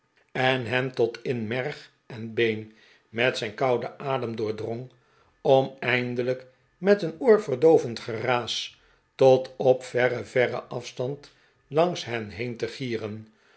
en hen tot in merg en been met zijn kouden adem doordrong om eindelijk met een oorverdoovend geraas tot op verren verren afstand langs hen heen te gieren